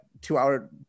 two-hour